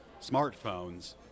smartphones